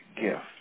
gift